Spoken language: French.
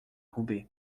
roubaix